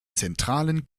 zentralen